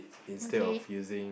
okay